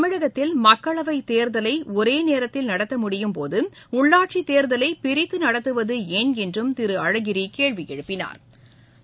தமிழகத்தில் மக்களவைத் தேர்தலை ஒரே நேரத்தில் நடத்த முடியும்போது உள்ளாட்சி தேர்தலை பிரித்து நடத்துவது ஏன் என்றும் திரு அழகிரி கேள்வி எழுப்பினா்